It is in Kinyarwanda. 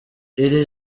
iri